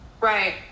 Right